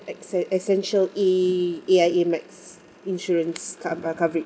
esse~ essential A A_I_A max insurance cov~ uh coverage